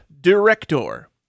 director